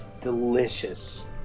delicious